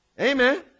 Amen